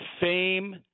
fame